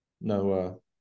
no